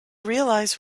realize